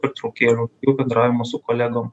pertraukėlių jau bendravimo su kolegom